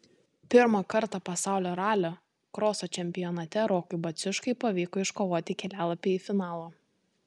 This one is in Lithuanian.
pirmą kartą pasaulio ralio kroso čempionate rokui baciuškai pavyko iškovoti kelialapį į finalą